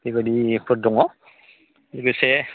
बेबायदिफोर दङ लोगोसे